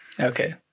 Okay